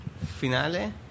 Finale